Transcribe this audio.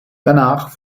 danach